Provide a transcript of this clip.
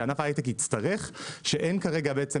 שענף ההיי-טק הצטרך שאין כרגע בעצם